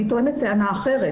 אני טוענת טענה אחרת.